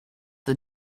the